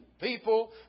People